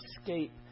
escape